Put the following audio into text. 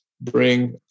bring